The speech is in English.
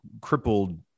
crippled